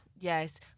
Yes